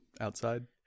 outside